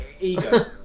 Ego